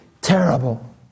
terrible